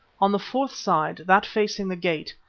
on the fourth side, that facing the gate,